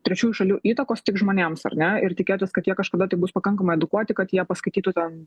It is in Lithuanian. trečiųjų šalių įtakos tik žmonėms ar ne ir tikėtis kad jie kažkada tai bus pakankamai edukuoti kad jie paskaitytų ten